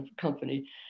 Company